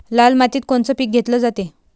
लाल मातीत कोनचं पीक घेतलं जाते?